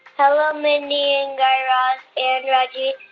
hello, mindy and guy raz and reggie.